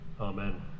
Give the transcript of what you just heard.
Amen